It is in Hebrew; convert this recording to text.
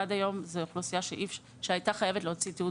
עד היום זאת אוכלוסייה שהייתה חייבת להוציא תיעוד